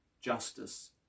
justice